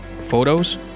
photos